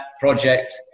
project